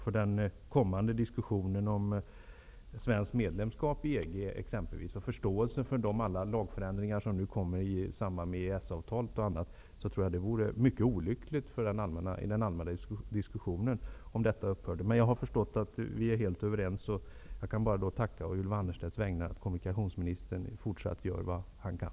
För den kommande diskussionen om svenskt medlemskap i EG och förståelsen för alla de lagändringar som kommer i samband med EES avtalet, vore det mycket olyckligt om möjligheten upphörde. Men jag har förstått att vi är helt överens i det fallet. Jag kan bara tacka på Ylva Annerstedts vägnar och hoppas att kommunikationsministern gör vad han kan.